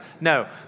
No